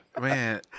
Man